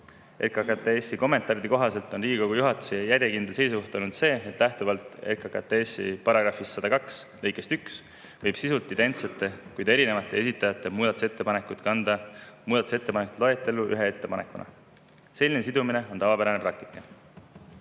RKKTS‑i kommentaaride kohaselt on Riigikogu juhatuse järjekindel seisukoht olnud see, et lähtuvalt RKKTS‑i § 102 lõikest 1 võib sisult identseid, kuid erinevate esitajate muudatusettepanekuid kanda muudatusettepanekute loetellu ühe ettepanekuna. Selline sidumine on tavapärane praktika.